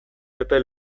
epe